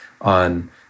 on